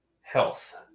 health